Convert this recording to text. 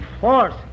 force